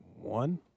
One